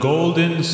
Golden